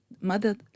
mother